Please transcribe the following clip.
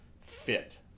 fit